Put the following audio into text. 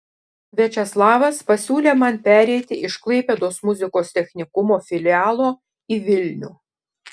viačeslavas pasiūlė man pereiti iš klaipėdos muzikos technikumo filialo į vilnių